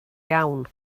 iawn